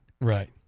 Right